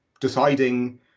deciding